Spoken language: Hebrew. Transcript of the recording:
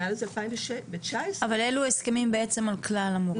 מאז 2019 --- אבל אלו הסכמים בעצם על כלל המורים.